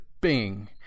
Bing